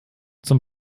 zum